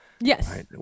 Yes